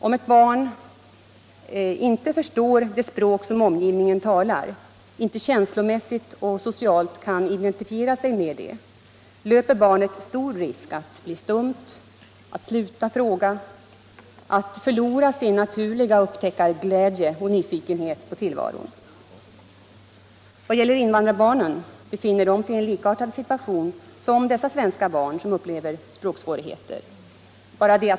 Om ett barn inte förstår det språk som omgivningen talar, inte känslomässigt och socialt kan identifiera sig med det, löper barnet stor risk att bli stumt, att sluta fråga, att förlora sin upptäckarglädje och nyfikenhet på tillvaron. Vad gäller invandrarbarnen befinner de sig i en likartad situation som de svenska barn som upplever språksvårigheter.